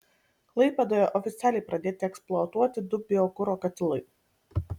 klaipėdoje oficialiai pradėti eksploatuoti du biokuro katilai